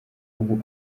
ubu